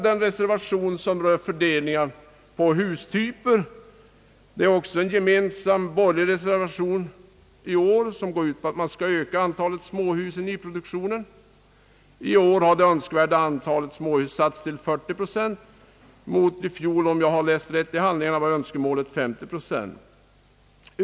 Den reservation som rör fördelningen på hustyper — det är i år en gemensam borgerlig reservation — går ut på att antalet småhus i nyproduktionen skall ökas. I år har det önskvärda antalet småhus satts till 40 procent, medan i fjol — om jag har läst rätt i handlingarna — önskemålet var 50 procent.